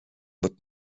wird